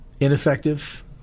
ineffective